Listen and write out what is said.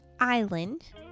island